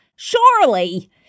Surely